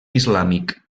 islàmic